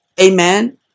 Amen